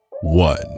one